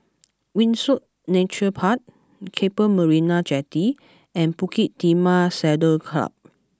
Windsor Nature Park Keppel Marina Jetty and Bukit Timah Saddle club